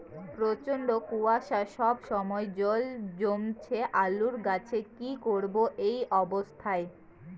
প্রচন্ড কুয়াশা সবসময় জল জমছে আলুর গাছে কি করব এই অবস্থায়?